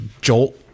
jolt